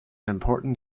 important